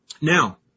Now